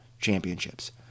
championships